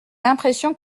l’impression